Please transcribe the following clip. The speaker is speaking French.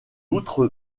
outre